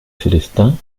célestins